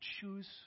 choose